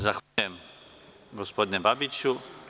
Zahvaljujem, gospodine Babiću.